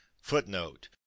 Footnote